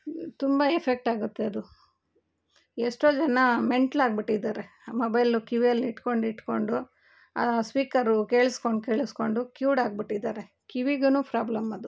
ತುಂಬ ಎಫೆಕ್ಟ್ ಆಗುತ್ತೆ ಅದು ಎಷ್ಟೋ ಜನ ಮೆಂಟ್ಲಾಗಿ ಬಿಟ್ಟಿದ್ದಾರೆ ಮೊಬೈಲು ಕಿವಿಯಲ್ಲಿ ಇಟ್ಕೊಂಡು ಇಟ್ಕೊಂಡು ಆ ಸ್ಪೀಕರ್ ಕೇಳಿಸ್ಕೊಂಡು ಕೇಳಿಸ್ಕೊಂಡು ಕಿವ್ಡು ಆಗಿ ಬಿಟ್ಟಿದ್ದಾರೆ ಕಿವಿಗು ಫ್ರಾಬ್ಲಮ್ ಅದು